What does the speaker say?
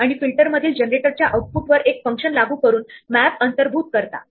night हे chess piece sx sy या position ला सुरू होत आहे